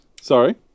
Sorry